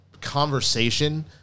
conversation